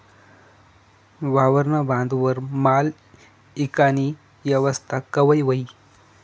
वावरना बांधवर माल ईकानी येवस्था कवय व्हयी?